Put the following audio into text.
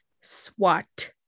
SWAT